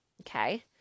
okay